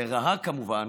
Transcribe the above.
לרעה, כמובן,